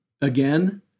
again